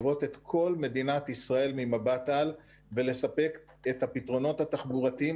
לראות את כל מדינת ישראל ממבט על ולספק את הפתרונות התחבורתיים